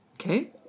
Okay